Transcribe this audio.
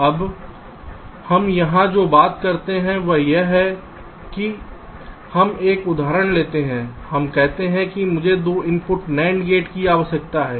अब हम यहां जो बात करते हैं वह यह है कि हम एक उदाहरण लेते हैं हम कहते हैं कि मुझे 2 इनपुट NAND गेट की आवश्यकता है